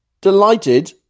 delighted